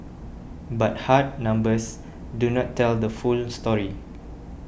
but hard numbers do not tell the full story